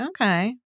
okay